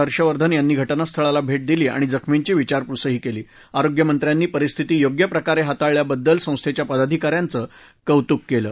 हर्षवर्धन यांनी घटनास्थळाला भेट दिली आणि जखर्मीची विचारपूसही केली आरोग्य मंत्र्यांनी परिस्थिती योग्य प्रकाराने हाताळल्याबद्दल संस्थेच्या पदाधिकारांचं कौतूक केलं